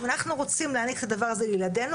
אם אנחנו רוצים להעניק את הדבר הזה לילדינו